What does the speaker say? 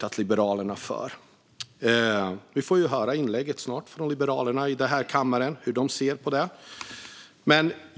Vi får snart höra ett inlägg från Liberalerna här i kammaren.